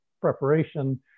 preparation